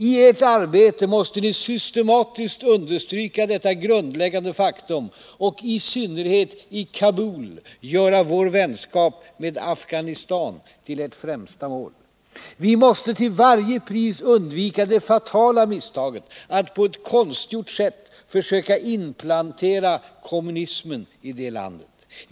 I ert arbete måste ni systematiskt understryka detta grundläggande faktum, och, i synnerhet, i Kabul, göra vår vänskap med Afghanistan till ert främsta mål. Ni måste till varje pris undvika det fatala misstaget att på ett konstgjort sätt försöka inplantera kommunismen i det landet.